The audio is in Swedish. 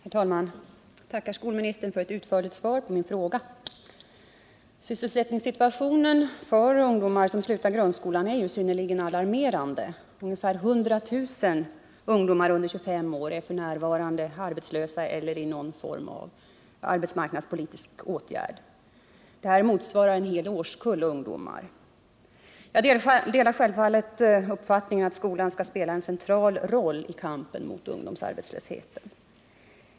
Herr talman! Jag tackar skolministern för ett utförligt svar på min fråga. Sysselsättningssituationen för ungdomar som slutar grundskolan är synnerligen alarmerande. Ungefär 100 000 ungdomar under 25 år är f.n. arbetslösa eller berörda av någon form av arbetsmarknadspolitiska åtgärder. Detta motsvarar en hel årskull ungdomar. Jag delar självfallet uppfattningen att skolan skall spela en central roll i kampen mot ungdomsarbetslösheten.